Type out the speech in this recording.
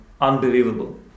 Unbelievable